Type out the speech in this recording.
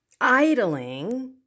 idling